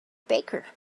baker